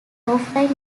offline